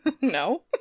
no